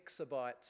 exabytes